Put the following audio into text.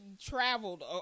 traveled